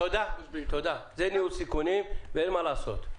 זה ניהול סיכונים ואין מה לעשות.